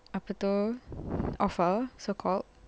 apa itu offer so called